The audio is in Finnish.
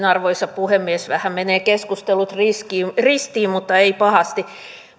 arvoisa puhemies vähän menevät keskustelut ristiin mutta eivät pahasti